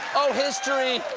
oh, history,